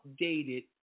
updated